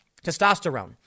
Testosterone